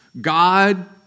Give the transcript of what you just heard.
God